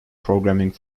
programming